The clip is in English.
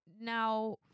now